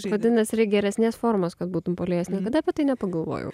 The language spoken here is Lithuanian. vadinasi reik geresnės formos kad būtum puolėjas niekada apie tai nepagalvojau